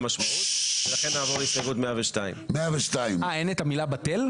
לכן נעבור להסתייגות 102. אין את המילה 'בטל'?